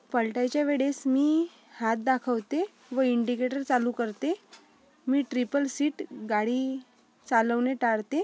पलटायच्या वेळेस मी हात दाखवते व इंडिकेटर चालू करते मी ट्रिपल सीट गाडी चालवणे टाळते